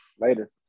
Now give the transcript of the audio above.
later